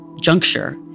juncture